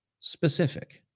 specific